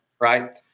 Right